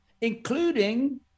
including